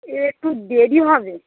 এ একটু দেরি হবে